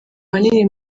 ahanini